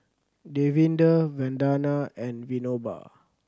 Davinder Vandana and Vinoba